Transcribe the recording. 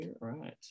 right